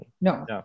No